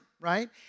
right